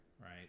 right